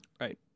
Right